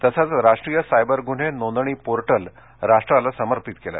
तसंच राष्ट्रीय सायबर गुन्हे नोंदणी पोर्टल राष्ट्राला समर्पित केलं